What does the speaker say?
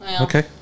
Okay